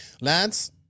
Lance